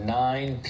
nine